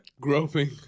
Groping